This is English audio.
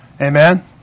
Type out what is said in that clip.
Amen